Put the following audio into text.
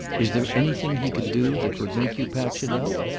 is there anything he can do that would make you patch it up?